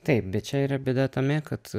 taip bet čia yra bėda tame kad